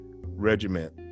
Regiment